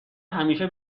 همیشه